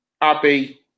Abby